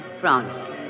France